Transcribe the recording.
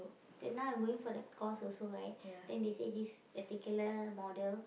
then now I'm going for that course also right then they say this particular model